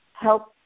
help